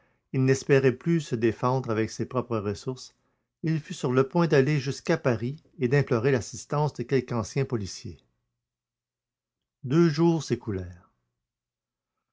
il n'espérait plus se défendre avec ses propres ressources et il fut sur le point d'aller jusqu'à paris et d'implorer l'assistance de quelque ancien policier deux jours